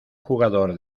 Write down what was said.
jugador